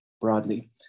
broadly